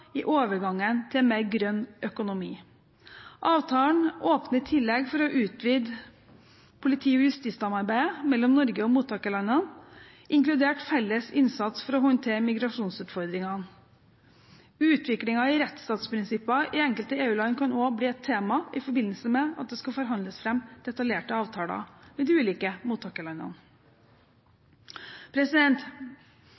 til overgangen til en mer grønn økonomi. Avtalen åpner i tillegg for å utvide politi- og justissamarbeidet mellom Norge og mottakerlandene, inkludert felles innsats for å håndtere migrasjonsutfordringene. Utviklingen i rettsstatsprinsippene i enkelte EU-land kan også bli et tema i forbindelse med at det skal forhandles fram detaljerte avtaler med de ulike mottakerlandene.